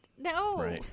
no